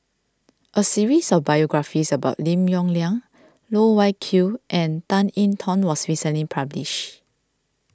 a series of biographies about Lim Yong Liang Loh Wai Kiew and Tan I Tong was recently published